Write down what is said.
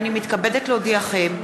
הנני מתכבדת להודיעכם,